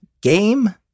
game